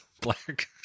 black